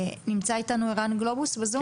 ערן גלובוס, בבקשה.